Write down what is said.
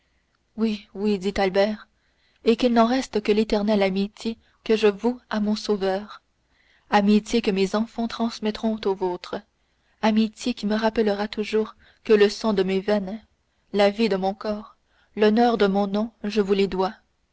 oui oui dit albert et qu'il n'en reste que l'éternelle amitié que je voue à mon sauveur amitié que mes enfants transmettront aux vôtres amitié qui me rappellera toujours que le sang de mes veines la vie de mon corps l'honneur de mon nom je vous les dois